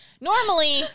Normally